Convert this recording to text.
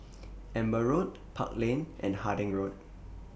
Amber Road Park Lane and Harding Road